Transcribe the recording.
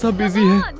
so busy. and